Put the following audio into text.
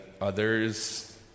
others